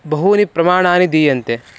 बहूनि प्रमाणानि दीयन्ते